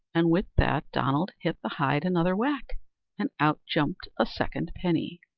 and with that donald hit the hide another whack and out jumped a second penny.